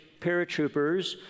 paratroopers